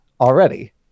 already